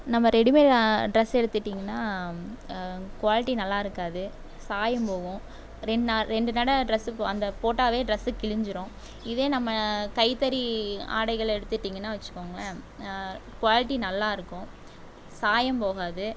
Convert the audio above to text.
நம்ம readymade dress எடுத்துக்கிட்டிங்கன்னால் quality நல்லாயிருக்காது சாயம் போகும் ரெண்டு நா ரெண்டு நடை ட்ரெஸ்ஸு அந்த போட்டாவே ட்ரெஸ்ஸு கிழிஞ்சுரும் இதே நம்ம கைத்தறி ஆடைகள் எடுத்துக்கிட்டிங்கன்னால் வச்சுகோங்களேன் குவாலிட்டி நல்லாயிருக்கும் சாயம் போகாது